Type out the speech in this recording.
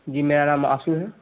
جی میرا نام آسو ہے